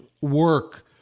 work